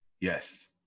Yes